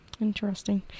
interesting